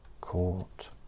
Court